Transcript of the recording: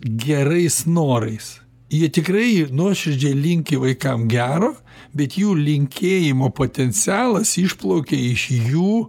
gerais norais jie tikrai nuoširdžiai linki vaikam gero bet jų linkėjimo potencialas išplaukė iš jų